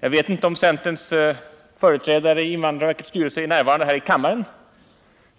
Jag vet inte om centerns företrädare i invandrarverkets styrelse är närvarande här i kammaren,